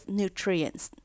nutrients